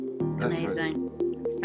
Amazing